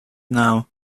now